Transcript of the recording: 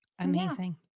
Amazing